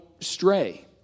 stray